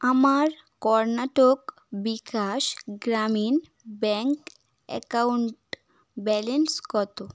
আমার Karnataka Vikas Grameen bank account balance কত